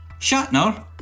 Shatner